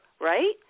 right